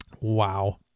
Wow